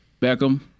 Beckham